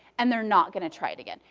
and they're not going to try it again.